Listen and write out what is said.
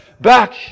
back